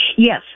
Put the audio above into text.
Yes